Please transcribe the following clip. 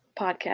podcast